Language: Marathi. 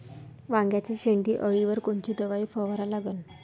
वांग्याच्या शेंडी अळीवर कोनची दवाई फवारा लागन?